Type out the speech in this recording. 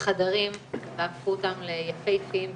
חדרים והפכו אותם יפהפיים בהתנדבות,